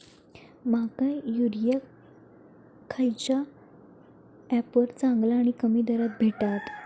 माका युरिया खयच्या ऍपवर चांगला आणि कमी दरात भेटात?